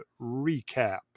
recap